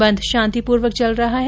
बंद शांतिपूर्वक चल रहा है